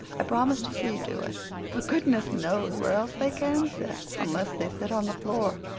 i promised to see to it but goodness knows where else they can sit, unless they sit on the floor,